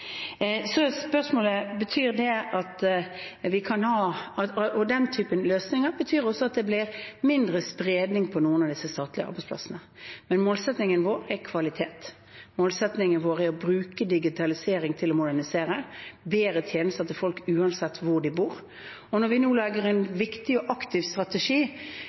Den typen løsninger betyr også at det blir mindre spredning på noen av disse statlige arbeidsplassene, men målsettingen vår er kvalitet. Målsettingen vår er å bruke digitalisering til å modernisere, gi bedre tjenester til folk uansett hvor de bor. Når vi nå legger en viktig og aktiv strategi